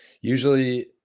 Usually